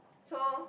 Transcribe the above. so